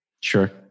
Sure